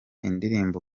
indirimbo